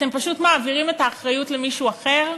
אתם פשוט מעבירים את האחריות למישהו אחר,